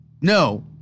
no